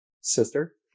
sister